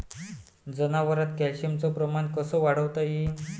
जनावरात कॅल्शियमचं प्रमान कस वाढवता येईन?